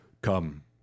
Come